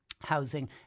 housing